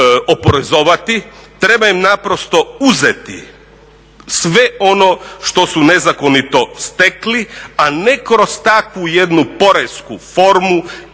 oporezovati, treba im naprosto uzeti sve ono što su nezakonito stekli, a ne kroz takvu jednu … formu